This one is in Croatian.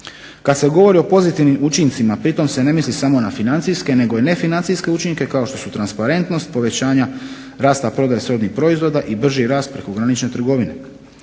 Kad se govori o pozitivnim učincima, pritom se ne misli samo na financijske, nego i nefinancijske učinke kao što su transparentnost, povećanja rasta prodaje …/Ne razumije se./… proizvoda i brži rast prekogranične trgovine.